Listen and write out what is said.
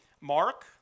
Mark